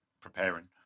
preparing